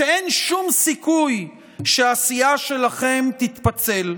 שאין שום סיכוי שהסיעה שלכם תתפצל.